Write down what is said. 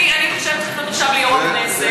אני חושבת שצריך לפנות עכשיו ליו"ר הכנסת.